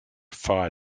fire